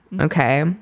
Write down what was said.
Okay